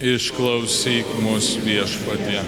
išklausyk mus viešpatie